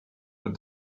but